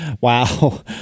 Wow